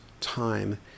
time